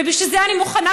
ובשביל זה אני מוכנה,